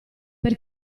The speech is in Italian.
per